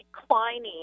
declining